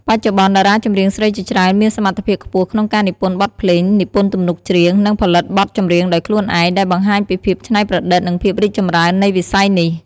បច្ចុប្បន្ន តារាចម្រៀងស្រីជាច្រើនមានសមត្ថភាពខ្ពស់ក្នុងការនិពន្ធបទភ្លេង និពន្ធទំនុកច្រៀង និងផលិតបទចម្រៀងដោយខ្លួនឯង ដែលបង្ហាញពីភាពច្នៃប្រឌិត និងភាពរីកចម្រើននៃវិស័យនេះ។